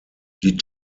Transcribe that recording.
die